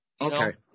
Okay